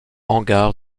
hangar